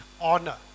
honor